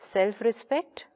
Self-Respect